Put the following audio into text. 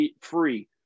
free